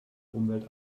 umwelt